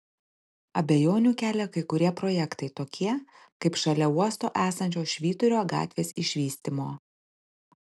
abejonių kelia kai kurie projektai tokie kaip šalia uosto esančios švyturio gatvės išvystymo